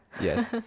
Yes